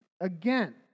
Again